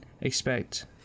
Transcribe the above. expect